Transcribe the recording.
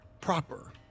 proper